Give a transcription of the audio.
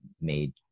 made